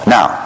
Now